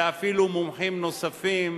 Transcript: ואפילו מומחים נוספים,